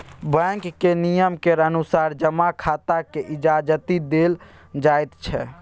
बैंकक नियम केर अनुसार जमा खाताकेँ इजाजति देल जाइत छै